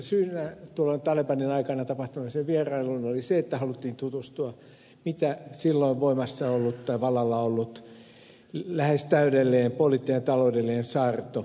syynä tuolloin talebanin aikana tapahtuneeseen vierailuun oli se että haluttiin tutustua mitä silloin vallalla ollut lähes täydellinen poliittinen ja taloudellinen saarto aiheutti kansalaisille